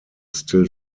still